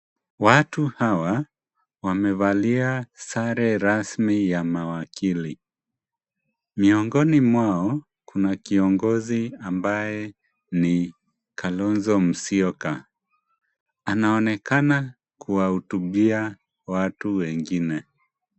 Watu hawa wamevalia sare rasmi ya mawakili. Miongoni mwao kuna kiongozi ambaye ni Kalonzo Musyoka. Anaonekana kuwahutubia watu wengine.